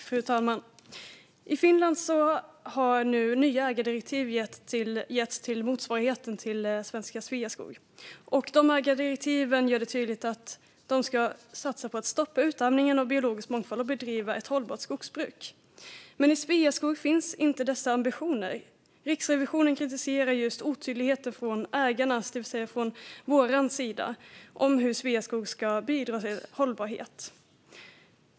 Fru talman! I Finland har nu nya ägardirektiv getts till motsvarigheten till svenska Sveaskog. De ägardirektiven gör de tydligt att man ska satsa på att stoppa utarmningen av biologisk mångfald och bedriva ett hållbart skogsbruk. Men i Sveaskog finns inte dessa ambitioner. Riksrevisionen kritiserar otydligheter från ägarnas, det vill säga vår, sida om hur Sveaskog ska bidra till hållbarhet.